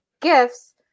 gifts